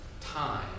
time